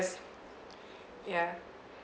yeah